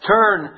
Turn